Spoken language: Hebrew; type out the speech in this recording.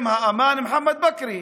עם מוחמד בכרי,